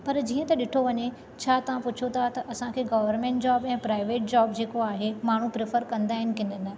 पर जीअं त ॾिठो वञे छा त पुछो त असांखे गोर्वमेंट जॉब ऐं प्राइवेट जॉब जेको आहे माण्हू प्रिफर कंदा आहिनि के न न